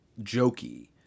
jokey